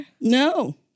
no